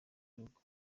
y’urugo